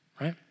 right